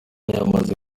yamaze